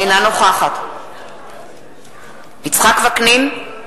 אינה נוכחת יצחק וקנין,